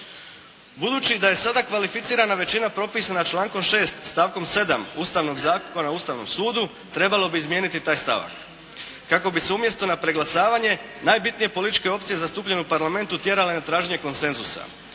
Budući da je sada kvalificirana veličina propisana člankom 6. stavkom 7. Ustavnog zakona o Ustavnom sudu, trebalo bi izmijeniti taj stavak. Kako bi se umjesto na preglasavanje najbitnije političke opcije zastupljene u Parlamentu tjerale na traženje konsenzusa.